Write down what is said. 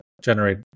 generate